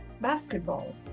basketball